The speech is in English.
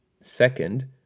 second